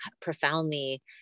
profoundly